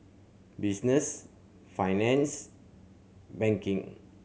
business finance banking